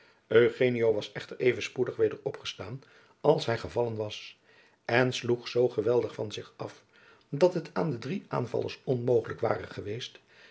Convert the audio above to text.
was echter even spoedig weder opgestaan als hij gevallen was en sloeg zoo geweldig van zich af dat het aan de drie aanvallers onmogelijk ware geweest